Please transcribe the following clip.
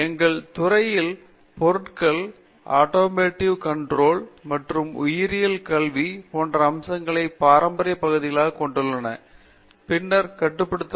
எங்கள் துறையில் பொருட்கள் ஆட்டோமெட்டிவ் கண்ட்ரோல் மற்றும் உயிரியல் கல்வி போன்ற அம்சங்களைக் பாரம்பரிய பகுதிகளாக கொண்டுள்ளன பின்னர் கட்டுப்படுத்துகின்றன